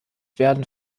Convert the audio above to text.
werden